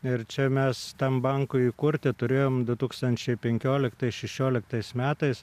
ir čia mes tam bankui kurti turėjom du tūkstančiai penkioliktais šešioliktais metais